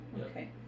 Okay